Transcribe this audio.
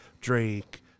Drake